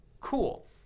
Cool